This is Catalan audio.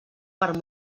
per